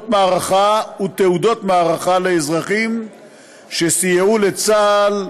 מערכה ותעודות מערכה לאזרחים שסייעו לצה"ל,